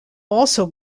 also